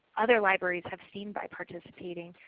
other libraries have seen by participating.